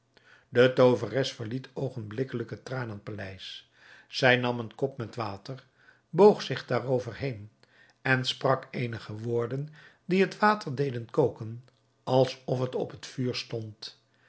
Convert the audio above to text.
de tooveres verliet oogenblikkelijk het tranenpaleis zij nam een kop met water boog zich daarover heen en sprak eenige woorden die het water deden koken alsof het op t vuur stond